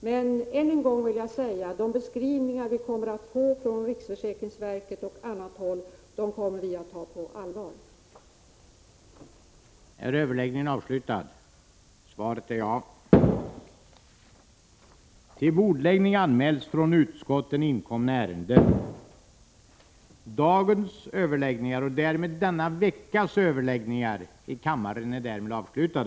Men än en gång vill jag framhålla att beskrivningar som kommer GY socialjörsäkringen in från riksförsäkringsverket och från andra håll kommer vi att ta på allvar. Överläggningen var härmed avslutad.